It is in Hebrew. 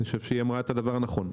אני חושב שהיא אמרה את הדבר הנכון,